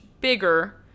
bigger